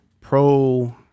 pro